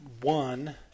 One